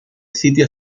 sitio